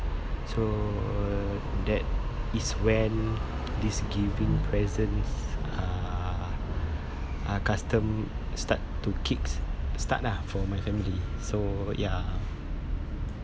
so that is when this giving presents uh uh custom start to kick start ah for my family so ya